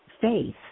faith